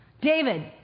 David